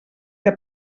que